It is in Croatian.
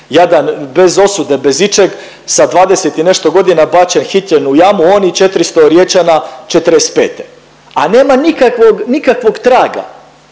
jadan bez osude bez iček sa 20 i nešto godina bačen hićen u Jamu on i 400 Riječana '45., a nema nikakvog traga.